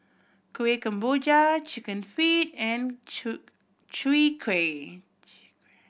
Kuih Kemboja Chicken Feet and Chwee Kueh